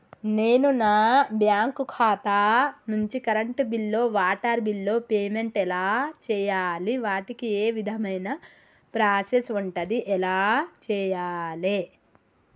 నేను నా బ్యాంకు ఖాతా నుంచి కరెంట్ బిల్లో వాటర్ బిల్లో పేమెంట్ ఎలా చేయాలి? వాటికి ఏ విధమైన ప్రాసెస్ ఉంటది? ఎలా చేయాలే?